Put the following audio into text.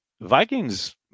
Vikings